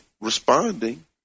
responding